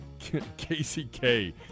KCK